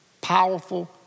powerful